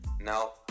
Now